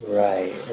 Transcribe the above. right